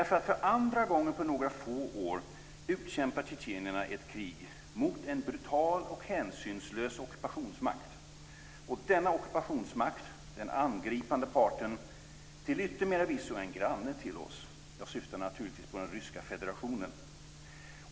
För andra gången på några få år utkämpar tjetjenerna ett krig mot en brutal och hänsynslös ockupationsmakt. Denna ockupationsmakt, den angripande parten, är till yttermera visso en granne till oss. Jag syftar naturligtvis på den ryska federationen.